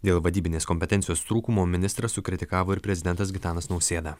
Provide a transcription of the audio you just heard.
dėl vadybinės kompetencijos trūkumų ministrą sukritikavo ir prezidentas gitanas nausėda